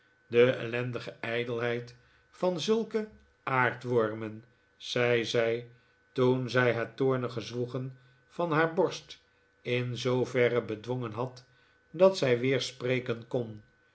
de ellendige ijdelheid van zulke aard wormen zei zij toen zij het toornige zwoegen van haar borst in zooverre bedwongen had dat zij weer spreken kon